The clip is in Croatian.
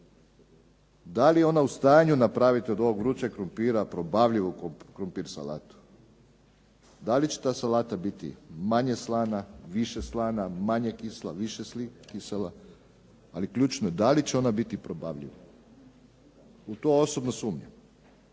da li je ona u stanju napraviti od ovog vrućeg krumpira probavljivu krumpir salatu? Da li će ta salata biti manje slana, više slana, manje kisela, više kisela? Ali ključno je da li će ona biti probavljiva? U to osobno sumnjam.